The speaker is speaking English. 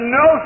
no